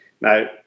Now